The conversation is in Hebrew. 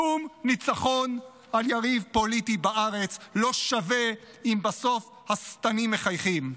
שום ניצחון על יריב פוליטי בארץ לא שווה אם בסוף השטנים מחייכים.